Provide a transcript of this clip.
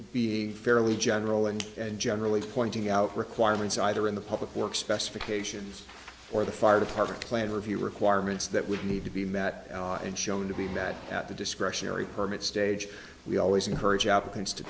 be fairly general and generally pointing out requirements either in the public works specifications or the fire department plan review requirements that would need to be met and shown to be met at the discretionary permit stage we always encourage applicants to